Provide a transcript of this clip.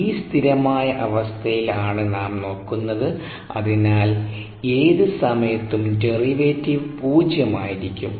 ഈ സ്ഥിരമായ അവസ്ഥയിൽ ആണ് നാം നോക്കുന്നത് അതിനാൽ ഏത് സമയത്തും ഡെറിവേറ്റീവ് പൂജ്യമായിരിക്കും